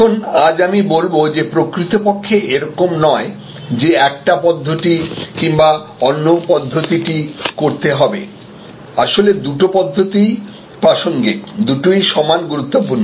এখন আজ আমি বলব যে প্রকৃতপক্ষে এইরকম নয় যে একটি পদ্ধতি কিংবা অন্য পদ্ধতিটি করতে হবে আসলে দুটো পদ্ধতিই প্রাসঙ্গিক দুটিই সমান গুরুত্বপূর্ণ